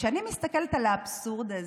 וכשאני מסתכלת על האבסורד הזה,